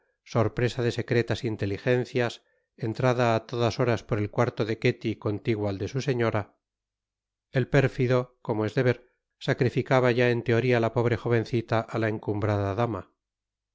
sorpresa de secretas inteligencias entrada á todas horas por el cuarto de ketty contiguo al de su señora el pérfido como es de ver sacrificaba ya en teoria la pobre jovencita á la encumbrada dama